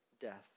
death